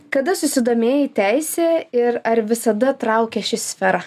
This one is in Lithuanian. kada susidomėjai teise ir ar visada traukė ši sfera